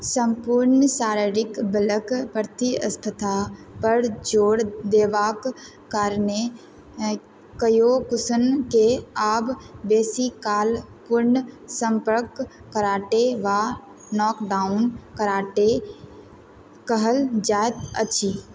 सम्पूर्ण शारीरिक बलक प्रतिस्पर्धा पर जोर देबाक कारणें क्योकुशिनकेँ आब बेसीकाल पूर्ण सम्पर्क कराटे वा नॉकडाउन कराटे कहल जाइत अछि